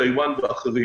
טאיוואן ואחרות.